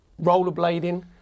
rollerblading